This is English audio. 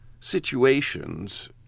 situations